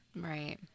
Right